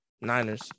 Niners